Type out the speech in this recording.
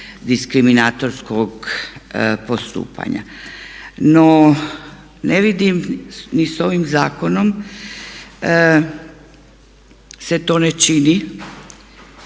diskriminatorskog postupanja. No, ne vidim ni s ovim zakonom se to ne čini,